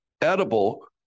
edible